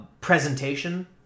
presentation